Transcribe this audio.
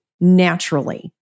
naturally